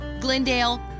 Glendale